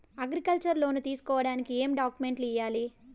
Agriculture loan తీసుకోడానికి ఏం డాక్యుమెంట్లు ఇయ్యాలి?